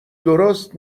درست